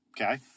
Okay